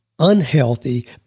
unhealthy